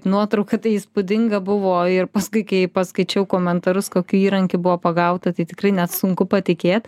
nuotrauka tai įspūdinga buvo ir paskui kai paskaičiau komentarus kokiu įrankiu buvo pagauta tai tikrai net sunku patikėt